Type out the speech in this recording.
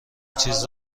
چیز